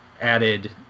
added